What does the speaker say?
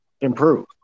improve